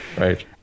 right